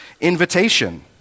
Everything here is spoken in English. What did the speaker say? invitation